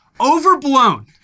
overblown